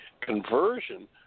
conversion